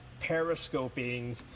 periscoping